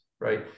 Right